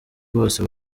bose